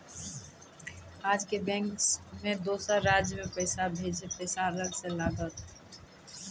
आजे के बैंक मे दोसर राज्य मे पैसा भेजबऽ पैसा अलग से लागत?